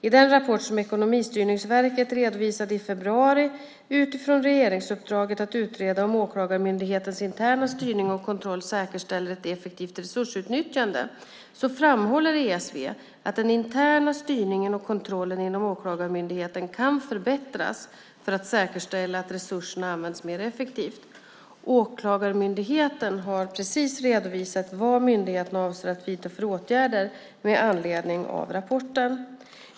I den rapport som Ekonomistyrningsverket redovisade i februari, utifrån regeringsuppdraget att utreda om Åklagarmyndighetens interna styrning och kontroll säkerställer ett effektivt resursutnyttjande, framhåller ESV att den interna styrningen och kontrollen inom Åklagarmyndigheten kan förbättras för att säkerställa att resurserna används mer effektivt. Åklagarmyndigheten har precis redovisat vad myndigheten avser att vidta för åtgärder med anledning av rapporten.